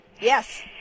Yes